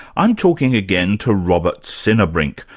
i'm talking again to robert sinnerbrink,